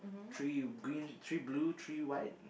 three green three blue three white